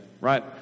right